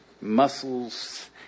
muscles